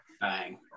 bang